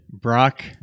Brock